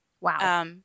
Wow